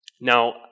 Now